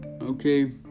Okay